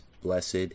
blessed